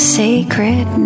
sacred